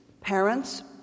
parents